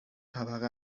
طبقه